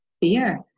Fear